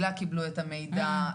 מסילה קיבלו את המידע,